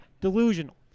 delusional